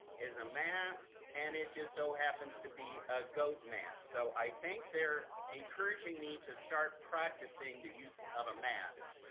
is a mask and it just so happens to be a goat mask. so i think they're encouraging me to start practicing the use of a mask,